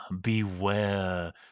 beware